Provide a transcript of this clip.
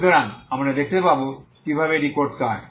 যাতে আমরা দেখতে পাব কিভাবে এটি করতে হয়